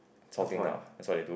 chao geng ah that's what they do